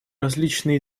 различные